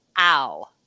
ow